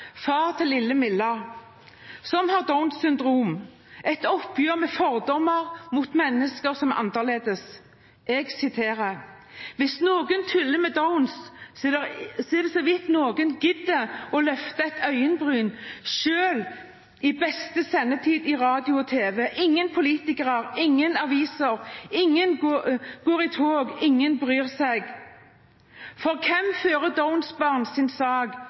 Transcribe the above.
far til lille Milla som har Downs syndrom – et oppgjør med fordommer mot mennesker som er annerledes: «Hvis noen tuller med Downs, så er det såvidt noen gidder å løfte et øyenbryn, selv i beste sendetid på radio og TV. Ingen politikere, ingen aviser, ingen går i tog. Ingen bryr seg. For hvem fører downsbarn sin sak?